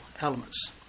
elements